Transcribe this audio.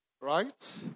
Right